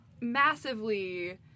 massively